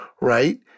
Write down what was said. right